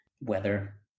weather